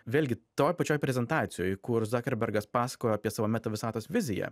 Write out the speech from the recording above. vėlgi toj pačioj prezentacijoj kur zakerbergas pasakoja apie savo meta visatos viziją